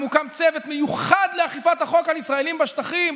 הוקם צוות מיוחד לאכיפת החוק על ישראלים בשטחים.